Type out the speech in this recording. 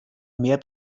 mehr